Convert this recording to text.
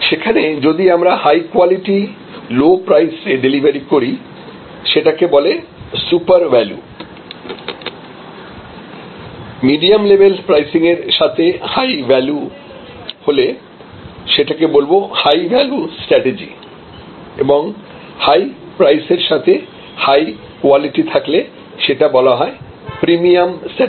সেখানে যদি আমরা হাই কোয়ালিটি লো প্রাইস এ ডেলিভারি করি সেটাকে বলে super value medium level pricing এর সাথে হাই ভ্যালু হলে সেটাকে বলব হাই ভ্যালু স্ট্রাটেজি এবং হাই প্রাইস এর সাথে হাই কোয়ালিটি থাকলে সেটা বলা হয় প্রিমিয়াম স্ট্রাটেজি